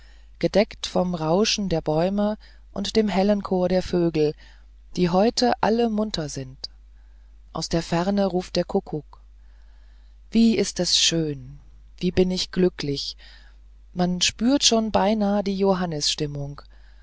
gedeckt vom rauschen der bäume und dem hellen chor der vögel die heute alle munter sind aus der ferne ruft der kuckuck wie ist es schön wie bin ich glücklich man spürt schon beinahe die